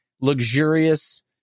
luxurious